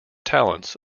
talents